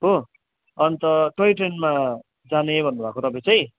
हो अन्त टोय ट्रेनमा जाने भन्नुभएको तपाईँ चाहिँ